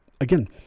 again